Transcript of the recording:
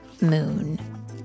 moon